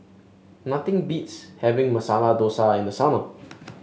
nothing beats having Masala Dosa in the summer